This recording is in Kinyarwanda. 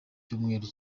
cyumweru